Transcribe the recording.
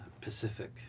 Pacific